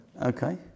Okay